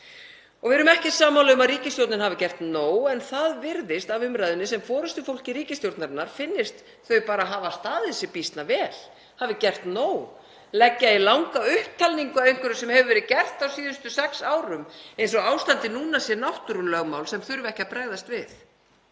Við erum ekki sammála um að ríkisstjórnin hafi gert nóg en það virðist af umræðunni sem forystufólki ríkisstjórnarinnar finnist þau bara hafa staðið sig býsna vel, hafi gert nóg. Leggja í langa upptalningu á einhverju sem hefur verið gert á síðustu sex árum eins og ástandið núna sé náttúrulögmál sem þurfi ekki að bregðast við.